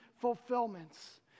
fulfillments